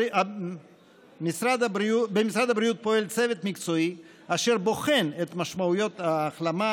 במשרד הבריאות פועל צוות מקצועי אשר בוחן את משמעויות ההחלמה,